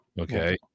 Okay